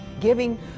Giving